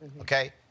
Okay